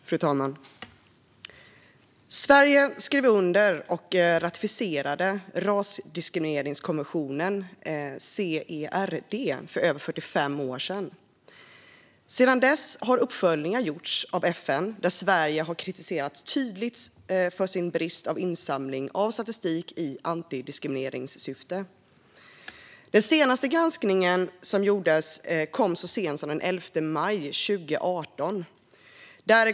Fru talman! Sverige skrev under och ratificerade rasdiskrimineringskonventionen, CERD, för över 45 år sedan. Sedan dess har uppföljningar gjorts av FN där Sverige har kritiserats tydligt för sin brist på insamling av statistik i antidiskrimineringssyfte. Den senaste granskningen som gjordes kom så sent som den 11 maj 2018.